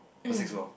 or six floor